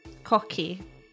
cocky